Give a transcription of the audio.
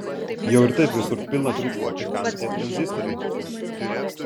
jau ir taip visur pilna triukšmo tai kam tie tranzistoriai